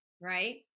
right